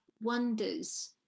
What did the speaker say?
wonders